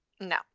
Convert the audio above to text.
No